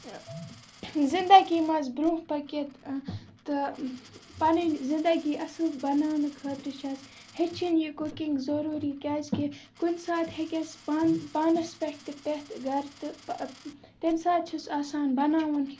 زنٛدگی منٛز برٛونٛہہ پٔکِتھ تہٕ پَنٕنۍ زنٛدگی اَصٕل بَناونہٕ خٲطرٕ چھَس ہیٚچھِنۍ یہِ کُکِنٛگ ضٔروٗری کیٛازکہِ کُنہِ ساتہٕ ہیٚکس پانہٕ پانَس پٮ۪ٹھ تہِ پٮ۪تھ گَرٕ تہٕ تمہِ ساتہٕ چھُس آسان بَناوُن